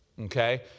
okay